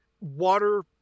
water